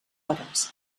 hores